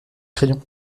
crayons